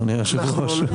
אדוני היושב-ראש.